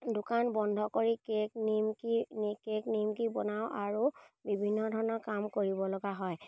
দোকান বন্ধ কৰি কেক নিমকি কেক নিমকি বনাওঁ আৰু বিভিন্ন ধৰণৰ কাম কৰিব লগা হয়